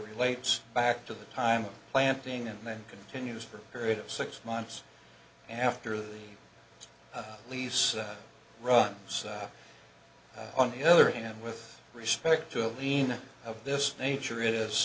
relates back to the time of planting and then continues for a period of six months after the a lease runs up on the other hand with respect to lena of this nature i